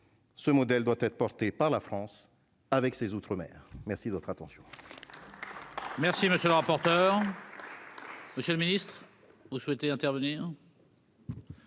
ce modèle doit être porté par la France avec ses outre-mer, merci de votre attention. Merci, monsieur le rapporteur, monsieur le Ministre. Vous souhaitez intervenir.